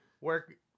work